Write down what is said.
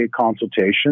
consultation